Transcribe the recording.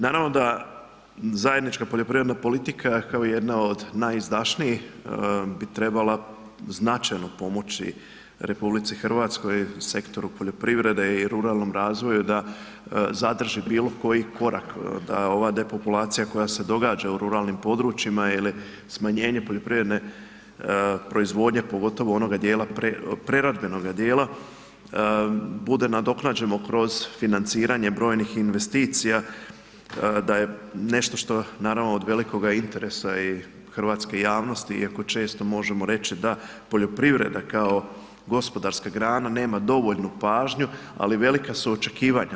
Naravno da zajednička poljoprivredna politika kao jedna od najizdašnijih bi trebala značajno pomoći RH, sektoru poljoprivrede i ruralnom razvoju da zadrži bilo koji korak da ova depopulacija koja se događa u ruralnim područjima ili smanjenje poljoprivredne proizvodnje, pogotovo onoga dijela preradbenoga dijela bude nadoknađeno kroz financiranje brojnih investicija da je nešto što naravno od velikog interesa i hrvatske javnosti iako često možemo reći da poljoprivreda kao gospodarska grana nema dovoljnu pažnju, ali velika su očekivanja.